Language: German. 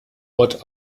ort